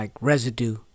residue